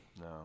No